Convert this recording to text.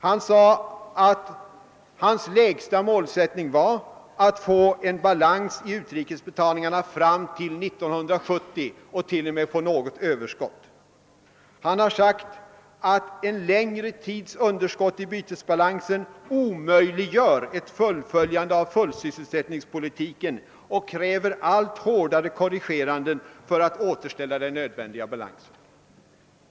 Han sade att hans lägsta målsättning var att få balans i utrikesbetalningarna fram till 1970 och t.o.m. få något överskott. En längre tids underskott i bytesbalansen skulle omöjliggöra ett fullföljande av fullsysselsättningspolitiken och kräva allt hårdare korrigeringar för att återställa den nödvändiga balansen.